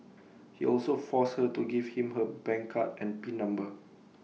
he also forced her to give him her bank card and pin number